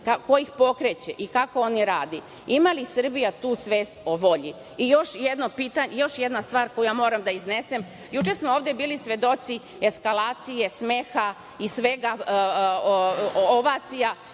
ko ih pokreće i kako oni rade? Ima li Srbija tu svest o volji? Još jedna stvar koju moram da iznesem. Juče smo ovde bili svedoci eskalacije smeha i svega, ovacija,